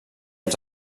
als